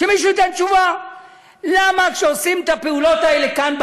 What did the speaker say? שמישהו ייתן תשובה למה כשעושים את הפעולות האלה כאן,